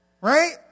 Right